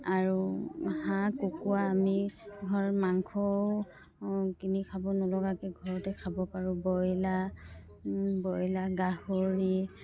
আৰু হাঁহ কুকুৰা আমি ঘৰ মাংসও কিনি খাব নলগাকৈ ঘৰতে খাব পাৰোঁ বইলা বইলাৰ গাহৰি